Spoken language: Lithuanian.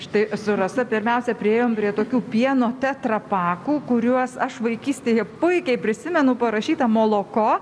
štai su rasa pirmiausia priėjom prie tokių pieno teatrapakų kuriuos aš vaikystėje puikiai prisimenu parašyta moloko